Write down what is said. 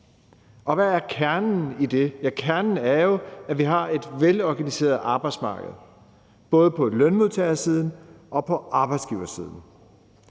og hvad er kernen i det? Ja, kernen er jo, at vi har et velorganiseret arbejdsmarked, både på lønmodtagersiden og på arbejdsgiversiden.